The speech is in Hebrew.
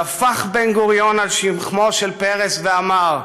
טפח בן-גוריון על שכמו של פרס ואמר: